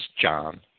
John